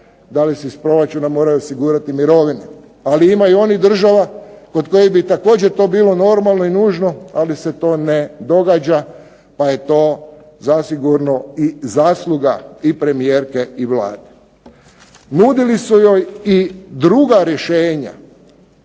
da li se iz proračuna moraju osigurati mirovine. Ali ima i onih država kod kojih bi to također bilo normalno i nužno ali se to ne događa, pa je to zasigurno i zasluga i premijerke i Vlade. Nudili su joj i druga rješenja.